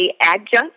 adjunct